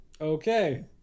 Okay